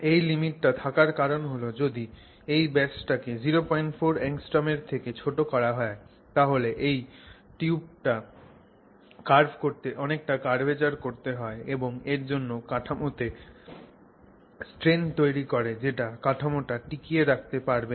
এই লিমিটটা থাকার কারণ হল যদি এই ব্যাসটাকে 04 angstroms এর থেকে ছোট করা হয় তাহলে এই টিউবকে কার্ভ করতে অনেকটা কার্ভেচার করতে হয় এবং এর জন্য কাঠামোতে স্ট্রেন তৈরি করে যেটা কাঠামোটা টিকিয়ে রাখতে পারবে না